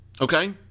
okay